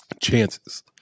chances